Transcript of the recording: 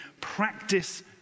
practice